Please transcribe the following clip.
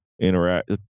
interact